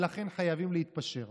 ולכן חייבים להתפשר.